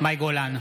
מאי גולן,